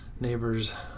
Neighbors